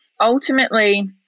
ultimately